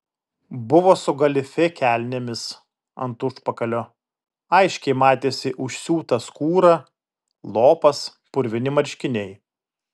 buvo su galifė kelnėmis ant užpakalio aiškiai matėsi užsiūta skūra lopas purvini marškiniai